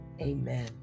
amen